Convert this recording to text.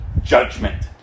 judgment